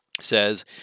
says